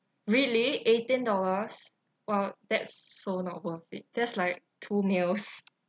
really eighteen dollars !wow! that's so not worth it that's like two meals